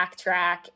backtrack